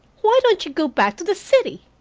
why don't you go back to the city?